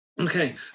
Okay